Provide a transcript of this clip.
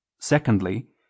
secondly